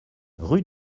rue